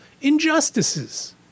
injustices